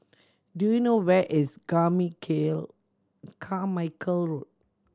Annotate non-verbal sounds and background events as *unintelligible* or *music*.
do you know where is *unintelligible* Carmichael Road